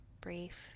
brief